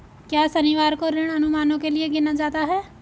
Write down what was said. क्या शनिवार को ऋण अनुमानों के लिए गिना जाता है?